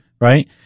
Right